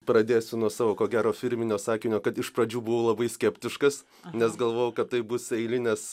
pradėsiu nuo savo ko gero firminio sakinio kad iš pradžių buvau labai skeptiškas nes galvojau kad tai bus eilinės